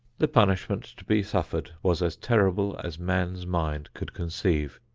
the punishment to be suffered was as terrible as man's mind could conceive.